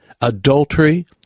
adultery